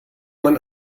man